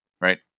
right